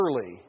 early